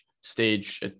stage